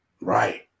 right